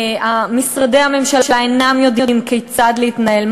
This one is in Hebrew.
משרדי הממשלה אינם יודעים כיצד להתנהל,